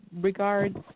regards